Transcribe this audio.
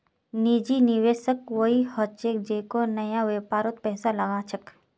निजी निवेशक वई ह छेक जेको नया व्यापारत पैसा लगा छेक